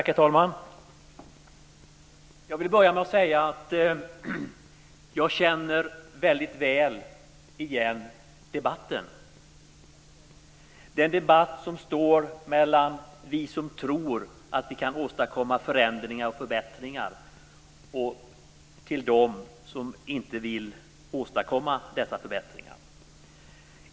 Herr talman! Jag vill börja med att säga att jag väldigt väl känner igen debatten. Det är en debatt som står mellan oss som tror att vi kan åstadkomma förändringar och förbättringar och dem som inte vill åstadkomma dessa förbättringar.